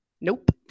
Nope